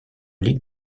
ligue